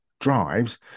drives